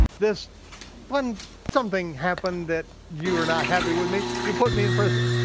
this fun something happened that you were not happy with me, you put me in prison,